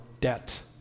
debt